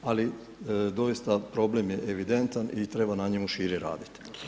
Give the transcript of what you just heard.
Ali, doista problem je evidentan i treba na njemu šire raditi.